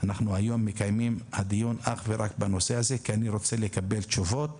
אנחנו מקיימים היום דיון אך ורק בנושא הזה כי אני רוצה לקבל תשובות,